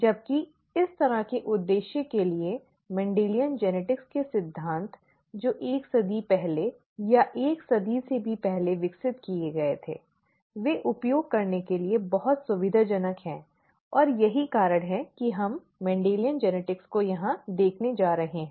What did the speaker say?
जबकि इस तरह के उद्देश्य के लिए मेंडेलियन जेनेटिक्स के सिद्धांत जो एक सदी पहले या एक सदी से भी पहले विकसित किए गए थे वे उपयोग करने के लिए बहुत सुविधाजनक हैं और यही कारण है कि हम मेंडेलियन जेनेटिक्स को यहां देख रहे हैं